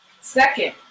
Second